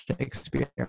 Shakespeare